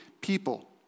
people